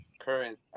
current